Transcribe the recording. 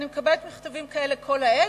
ואני מקבלת מכתבים כאלה כל העת,